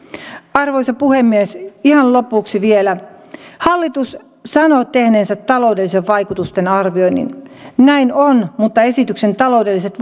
arvoisa puhemies ihan lopuksi vielä hallitus sanoo tehneensä taloudellisten vaikutusten arvioinnin näin on mutta esityksen taloudelliset